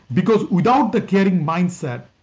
because without the caring mindset,